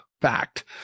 fact